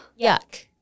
yuck